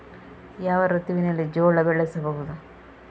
ಯಾವ ಋತುವಿನಲ್ಲಿ ಜೋಳ ಬೆಳೆಸಬಹುದು?